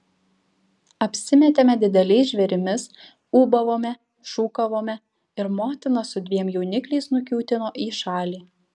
apsimetėme dideliais žvėrimis ūbavome šūkavome ir motina su dviem jaunikliais nukiūtino į šalį